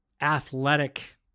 athletic